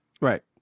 Right